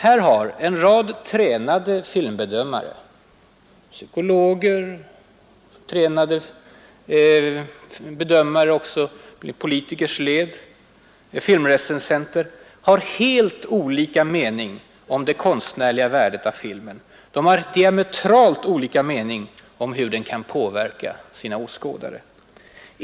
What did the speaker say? Här har en rad tränade filmbedömare, psykologer, politiker och filmrecensenter helt olika mening om det konstnärliga värdet av filmen ”The Devils”. De har diamentralt olika uppfattning om hur den kan påverka sina åskådare.